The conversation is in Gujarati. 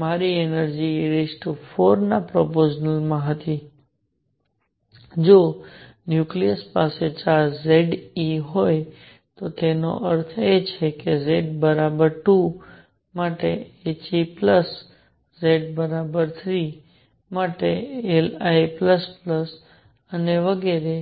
તેથી મારી એનર્જિ e4 ના પ્રપોર્શનલ માં હતી જો ન્યુક્લિયસ પાસે ચાર્જ Z e હોય તેનો અર્થ એ છે કે Z 2 માટે He Z 3 માટે Li અને વગેરે